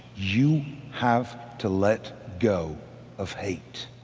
you have to let go of hate,